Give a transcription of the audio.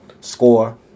score